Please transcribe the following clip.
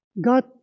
God